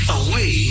away